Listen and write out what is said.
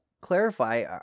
clarify